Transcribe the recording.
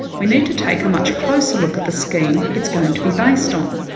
we need to take a much closer look at the scheme it's going to be based on,